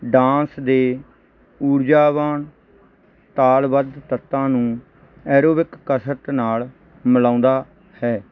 dance ਦੇ ਊਰਜਾਵਾਨ ਤਾਲ ਵੱਧ ਤੱਤਾਂ ਨੂੰ ਐਰੋਵਿਕ ਕਸਰਤ ਨਾਲ ਮਿਲਾਉਂਦਾ ਹੈ